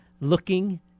looking